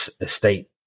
estate